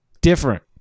different